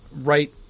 right